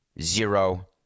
zero